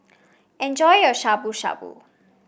enjoy your Shabu Shabu